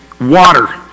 water